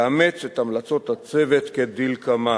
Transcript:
לאמץ את המלצות הצוות כדלקמן: